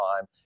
time